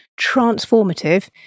transformative